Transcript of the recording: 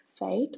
right